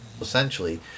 essentially